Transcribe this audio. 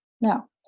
No